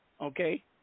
Okay